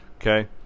okay